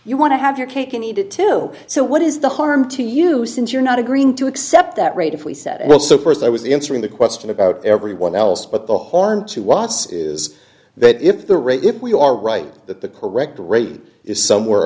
you want to have your cake and eat it too so what is the harm to you since you're not agreeing to accept that rate if we said well so first i was answering the question about everyone else but the harm to watts is that if the rate if we are right that the correct rate is somewhere